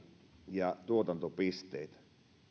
ja tuotantopisteitä